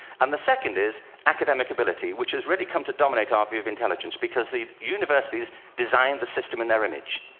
and the second is academic ability, which has really come to dominate our view of intelligence, because the universities design the system in their image.